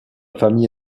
famille